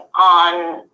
on